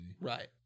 Right